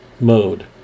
mode